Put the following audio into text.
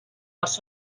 els